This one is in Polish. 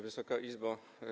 Wysoka Izbo!